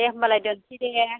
दे होमबालाय दोननिसै दे